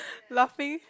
laughing